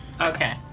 okay